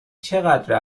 چقدر